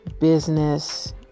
business